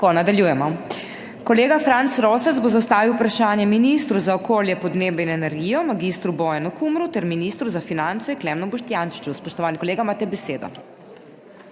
Kolega Franc Rosec bo zastavil vprašanje ministru za okolje, podnebje in energijo mag. Bojanu Kumru ter ministru za finance Klemnu Boštjančiču. Spoštovani kolega, imate besedo.